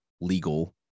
legal